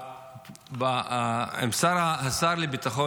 השר לביטחון